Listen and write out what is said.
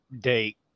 date